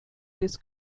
this